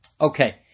okay